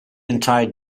entire